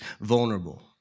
vulnerable